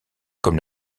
comme